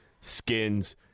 Skins